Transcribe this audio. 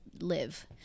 live